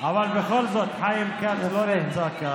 אבל בכל זאת, חיים כץ לא נמצא כאן.